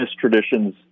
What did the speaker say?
traditions